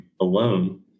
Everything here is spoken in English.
alone